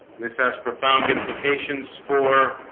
this has profound implications for